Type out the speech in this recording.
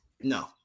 No